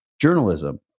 journalism